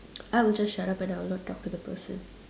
I would just shut up and I will not talk to the person